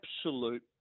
absolute